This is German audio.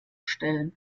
stellen